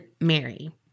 Mary